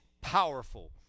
powerful